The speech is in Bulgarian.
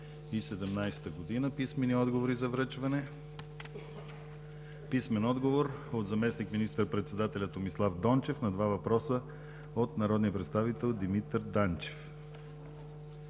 връчване от: - заместник министър-председателя Томислав Дончев на два въпроса от народния представител Димитър Данчев;